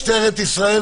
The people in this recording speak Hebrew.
משטרת ישראל,